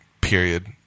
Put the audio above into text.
period